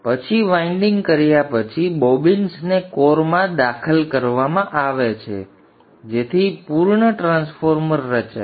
તેથી પછી વાઇન્ડિંગ કર્યા પછી બોબિન્સને કોરમાં દાખલ કરવામાં આવે છે જેથી પૂર્ણ ટ્રાન્સફોર્મર રચાય